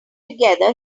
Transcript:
together